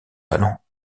talent